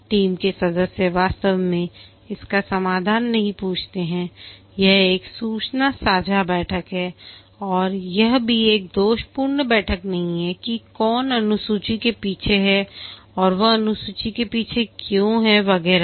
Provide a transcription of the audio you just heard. team के सदस्य वास्तव में इसका समाधान नहीं पूछते हैं यह एक सूचना साझा बैठक है और यह भी एक दोषपूर्ण बैठक नहीं है कि कौन अनुसूची के पीछे है वह अनुसूची के पीछे क्यों है वगैरह